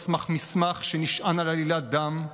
על סמך מסמך שנשען על עלילת דם,